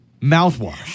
mouthwash